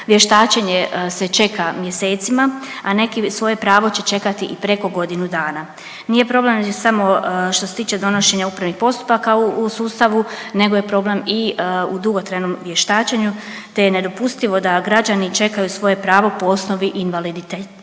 Vještačenje se čeka mjesecima, a neki svoje pravo će čekati i preko godinu dana. Nije problem samo što se tiče donošenja upravnih postupaka u sustavu nego je problem i u dugotrajnom vještačenju te je nedopustivo da građani čekaju svoje pravo po osnovi invaliditeta